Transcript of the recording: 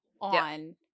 on